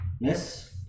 Miss